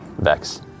Vex